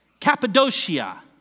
Cappadocia